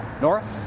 Nora